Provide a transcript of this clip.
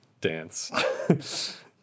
dance